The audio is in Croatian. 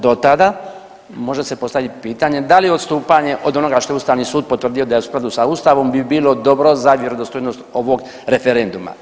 Do tada može se postavit pitanje da li odstupanje od onoga što je Ustavni sud potvrdio da je u skladu sa Ustavom bi bilo dobro za vjerodostojnost ovog referenduma.